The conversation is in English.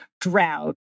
drought